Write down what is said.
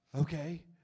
Okay